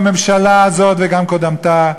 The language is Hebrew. והממשלה הזאת וגם קודמתה,